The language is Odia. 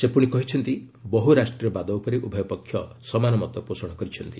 ସେ ପୁଣି କହିଛନ୍ତି ବହୁ ରାଷ୍ଟ୍ରୀୟବାଦ ଉପରେ ଉଭୟପକ୍ଷ ସମାନ ମତ ପୋଷଣ କରିଛନ୍ତି